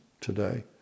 today